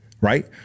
right